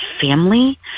family